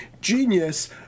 Genius